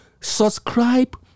subscribe